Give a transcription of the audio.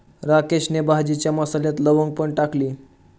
राकेशने भाजीच्या मसाल्यात लवंग पण टाकली